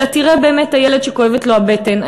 אלא תראה באמת את הילד שכואבת לו הבטן,